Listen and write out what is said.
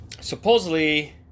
Supposedly